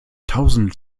tausende